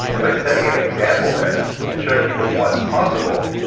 and by setting an example there, and showing people what's possible,